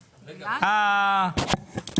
אני עובר לסעיף האחרון בסדר-היום,